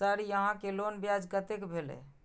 Sir यहां के loan ब्याज कतेक भेलेय?